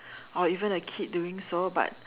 or even a kid doing so but